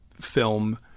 film